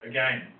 Again